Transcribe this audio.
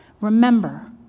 remember